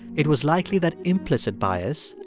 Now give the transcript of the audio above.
it was likely that implicit bias,